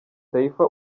taifa